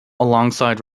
alongside